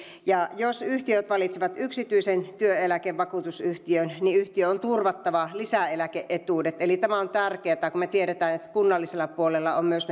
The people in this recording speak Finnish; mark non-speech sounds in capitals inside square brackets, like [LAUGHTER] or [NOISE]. ja jos yhtiöt valitsevat yksityisen työeläkevakuutusyhtiön niin yhtiön on turvattava lisäeläke etuudet eli on tärkeää kun me tiedämme että kunnallisella puolella on myös [UNINTELLIGIBLE]